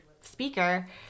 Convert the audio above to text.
speaker